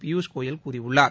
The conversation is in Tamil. பியூஷ் கோயல் கூறியுள்ளார்